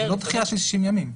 דחייה של 60 ימים.